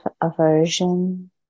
aversion